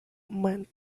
man